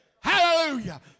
Hallelujah